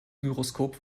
gyroskop